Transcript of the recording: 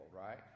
right